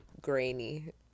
grainy